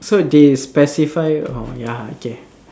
so they specify orh ya okay